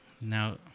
now